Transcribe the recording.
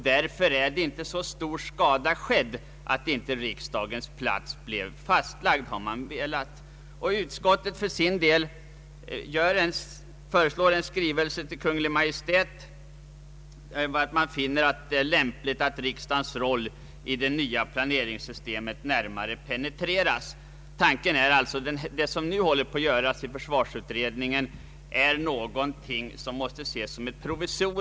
Därför är kanske inte så stor skada skedd, trots att riksdagens plats inte blev fastlagd. Utskottet för sin del föreslår att riksdagen i skrivelse till Kungl. Maj:t begär att riksdagens roll i det nya planeringssystemet närmare penetreras.